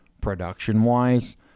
production-wise